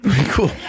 Cool